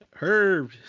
Herb